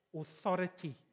authority